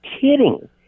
kidding